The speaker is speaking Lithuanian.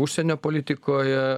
užsienio politikoje